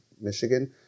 Michigan